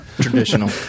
Traditional